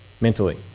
mentally